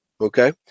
Okay